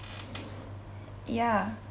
yeah